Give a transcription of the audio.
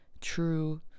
true